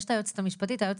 יש את היועצת המשפטית,